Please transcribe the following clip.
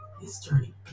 history